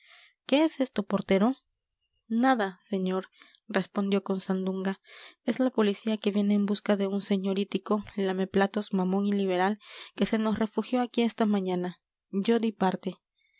qué es esto portero nada señor respondió con sandunga es la policía que viene en busca de un señoritico lameplatos mamón y liberal que se nos refugió aquí esta mañana yo di parte